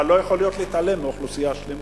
אבל לא יכול להיות שיתעלמו מאוכלוסייה שלמה.